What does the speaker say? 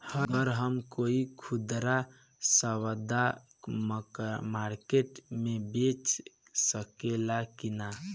गर हम कोई खुदरा सवदा मारकेट मे बेच सखेला कि न?